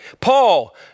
Paul